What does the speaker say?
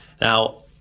Now